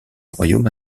royaume